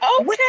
Okay